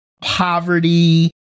poverty